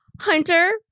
Hunter